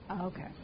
Okay